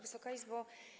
Wysoka Izbo!